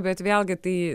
bet vėlgi tai